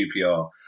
QPR